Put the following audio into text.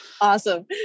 Awesome